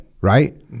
right